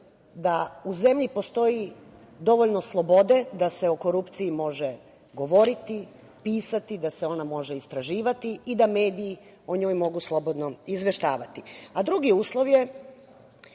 da u zemlji postoji dovoljno slobode da se o korupciji može govoriti, pisati, da se ona može istraživati i da mediji o njoj mogu slobodno izveštavati. Drugi uslov je